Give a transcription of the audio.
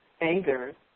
anger